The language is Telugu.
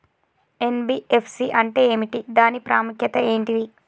ఎన్.బి.ఎఫ్.సి అంటే ఏమిటి దాని ప్రాముఖ్యత ఏంటిది?